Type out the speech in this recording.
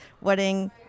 wedding